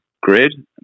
grid